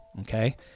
okay